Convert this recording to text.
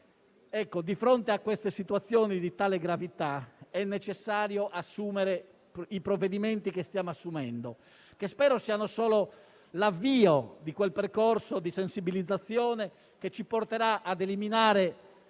Di fronte a situazioni di tale gravità, è necessario adottare i provvedimenti che stiamo assumendo, che spero siano solo l'avvio di quel percorso di sensibilizzazione che ci porterà a eliminare